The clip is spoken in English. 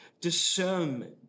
discernment